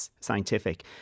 scientific